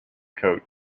coat